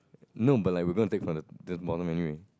no but like we gonna take from the the bottom anyway